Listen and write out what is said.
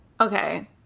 Okay